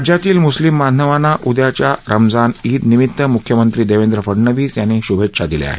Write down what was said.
राज्यातील म्स्लिम बांधवांना उद्याच्या रमजान ईद निमित म्ख्यमंत्री देवेंद्र फडणवीस यांनी श्भेच्छा दिल्या आहेत